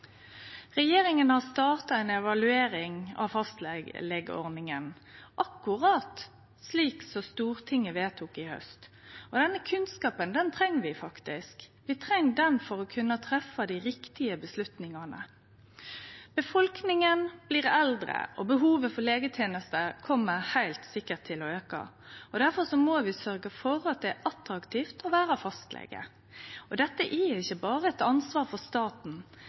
Regjeringa har starta ei evaluering av fastlegeordninga, akkurat slik som Stortinget vedtok i haust. Denne kunnskapen treng vi faktisk for å kunne ta dei rette avgjerdene. Befolkninga blir eldre, og behovet for legetenester kjem heilt sikkert til å auke. Derfor må vi sørgje for at det er attraktivt å vere fastlege. Dette er ikkje berre eit ansvar for staten.